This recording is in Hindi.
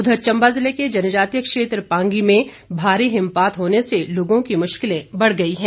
उधर चंबा जिले के जनजातीय क्षेत्र पांगी में भारी हिमपात होने से लोगों की मुश्किलें बढ़ गई हैं